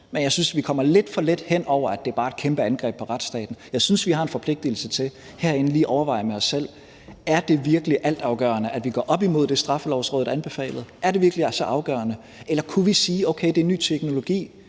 men jeg synes, vi kommer lidt for let henover, at det bare er et kæmpe angreb på retsstaten. Jeg synes, vi herinde har en forpligtigelse til lige at overveje med os selv, om det virkelig er altafgørende, at vi går op imod det, Straffelovrådet anbefalede. Er det virkelig så afgørende? Eller kunne vi sige, at okay, det er en ny teknologi,